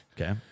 okay